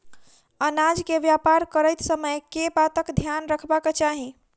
अनाज केँ व्यापार करैत समय केँ बातक ध्यान रखबाक चाहि?